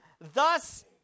thus